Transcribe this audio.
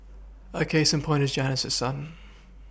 a case in point is Janice's son